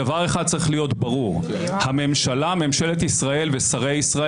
הוא לא דיבר בפעם הקודמת אלא נציג אחר של המכון הישראלי לדמוקרטיה.